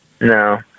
No